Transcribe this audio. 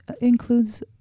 includes